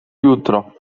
jutro